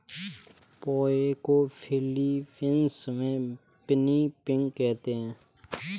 पोहे को फ़िलीपीन्स में पिनीपिग कहते हैं